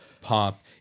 pop